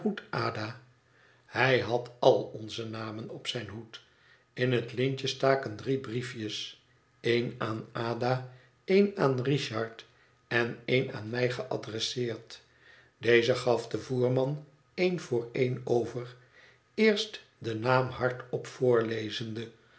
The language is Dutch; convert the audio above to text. hij had al onze namen op zijn hoed in het lintje staken drie briefjes een aan ada een aan richard en een aan mij geadresseerd deze gaf de voerman een voor een over eerst den naam hardop voorlezende